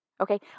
Okay